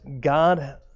God